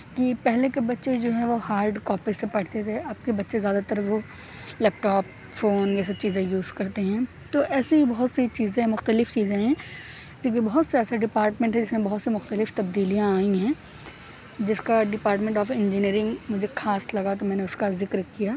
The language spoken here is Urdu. پہلے کے بچے جو ہے وہ ہارڈ کاپی سے پڑھتے تھے اب کے بچے زیادہ تر وہ لیپ ٹاپ فون یہ سب چیزیں یوز کرتے ہیں تو ایسی بہت سی چیزیں مختلف چیزیں ہیں کیونکہ بہت سے ایسے ڈپارٹمنٹ ہیں جس میں بہت سی مختلف تبدیلیاں آئی ہیں جس کا ڈپارٹمنٹ آف انجینئرنگ مجھے خاص لگا تو میں نے اس کا ذکر کیا